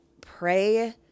pray